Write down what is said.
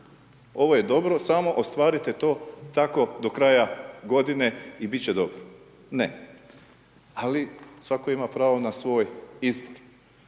ovo je dobro samo ostvarite to tako do kraja godine i bit će dobro, ne ali svako ima pravo na svoj izbor.